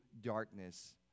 darkness